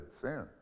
sin